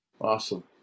Awesome